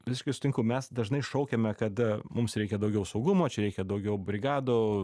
visiškai sutinku mes dažnai šaukiame kada mums reikia daugiau saugumo čia reikia daugiau brigadų